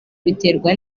biterwa